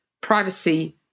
privacy